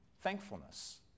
Thankfulness